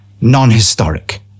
non-historic